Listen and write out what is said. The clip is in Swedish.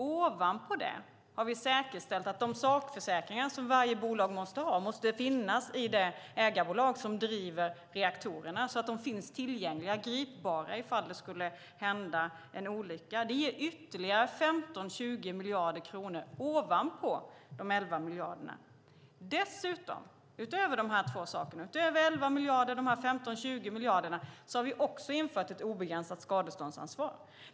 Ovanpå det har vi säkerställt att de sakförsäkringar som varje bolag måste ha måste finnas i det ägarbolag som driver reaktorerna så att de finns tillgängliga och gripbara om det skulle hända en olycka. Det ger ytterligare 15-20 miljarder kronor ovanpå de 11 miljarderna. Utöver de här två sakerna, utöver 11 miljarder och dessa 15-20 miljarder, har vi också infört ett obegränsat skadeståndsansvar.